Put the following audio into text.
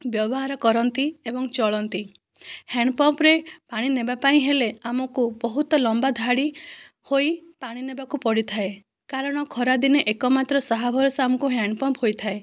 ବ୍ୟବହାର କରନ୍ତି ଏବଂ ଚଳନ୍ତି ହ୍ୟାଣ୍ଡପମ୍ପରେ ପାଣି ନେବା ପାଇଁ ହେଲେ ଆମକୁ ବହୁତ ଲାମ୍ବା ଧାଡ଼ି ହୋଇ ପାଣି ନେବାକୁ ପଡ଼ିଥାଏ କାରଣ ଖରା ଦିନେ ଏକମାତ୍ର ସାହା ଭରସା ଆମକୁ ହ୍ୟାଣ୍ଡପମ୍ପ ହୋଇଥାଏ